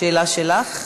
שאלה שלך.